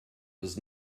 does